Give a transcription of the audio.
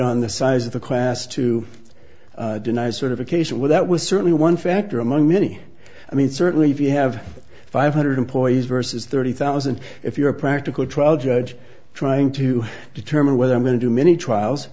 on the size of the class to deny sort of occasion well that was certainly one factor among many i mean certainly if you have five hundred employees versus thirty thousand if you're a practical trial judge trying to determine whether i'm going to do many trials